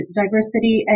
diversity